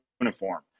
uniform